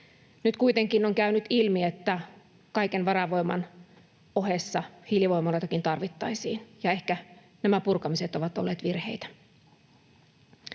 Nyt kuitenkin on käynyt ilmi, että kaiken varavoiman ohessa hiilivoimaloitakin tarvittaisiin ja ehkä nämä purkamiset ovat olleet virheitä.